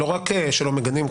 לא רק שלא מגנים,